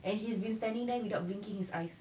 and he's been standing there without blinking his eyes